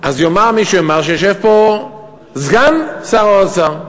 אז יאמר מי שיאמר שיושב פה סגן שר האוצר.